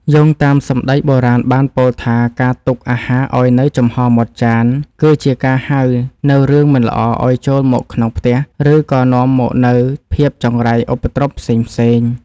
យោងតាមសម្តីបុរាណបានពោលថាការទុកអាហារឱ្យនៅចំហរមាត់ចាន គឺជាការហៅនូវរឿងមិនល្អឱ្យចូលមកក្នុងផ្ទះ ឬក៏នាំមកនូវភាពចង្រៃឧបទ្រពផ្សេងៗ។